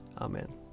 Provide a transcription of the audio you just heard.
Amen